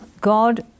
God